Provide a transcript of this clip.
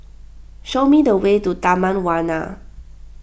show me the way to Taman Warna